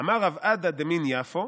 אמר רב אדא דמן יפו,